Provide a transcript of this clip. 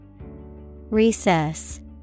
Recess